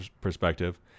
perspective